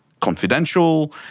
confidential